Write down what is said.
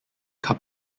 cub